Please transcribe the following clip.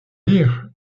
dire